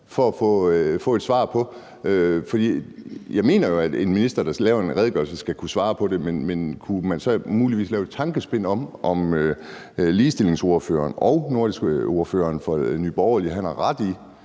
for at få et svar på? For jeg mener jo, at en minister, der laver en redegørelse, skal kunne svare på det, men kunne man så muligvis lave et tankespind om, at ligestillingsordføreren og ordføreren på det nordiske område